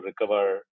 recover